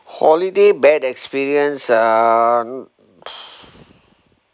holiday bad experience uh